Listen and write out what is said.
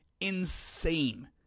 insane